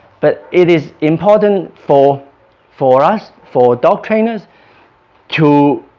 but it is important for for us for dog trainers to